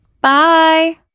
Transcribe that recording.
Bye